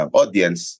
audience